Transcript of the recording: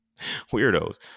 Weirdos